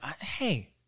Hey